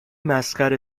مسخره